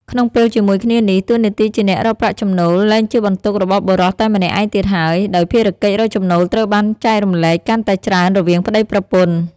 ក្នុងពេលជាមួយគ្នានេះ តួនាទីជាអ្នករកប្រាក់ចំណូលលែងជាបន្ទុករបស់បុរសតែម្នាក់ឯងទៀតហើយ ដោយភារកិច្ចរកចំណូលត្រូវបានចែករំលែកកាន់តែច្រើនរវាងប្ដីប្រពន្ធ។